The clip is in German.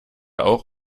auch